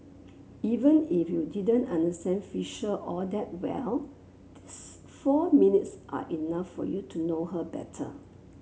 even if you didn't understand Fisher all that well these four minutes are enough for you to know her better